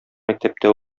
мәктәптә